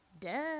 duh